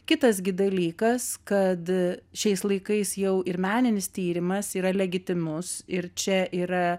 kitas gi dalykas kad šiais laikais jau ir meninis tyrimas yra legitimus ir čia yra